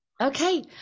Okay